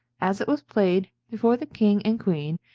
as it was playd before the king and qveene,